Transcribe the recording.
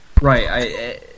Right